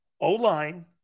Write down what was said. O-line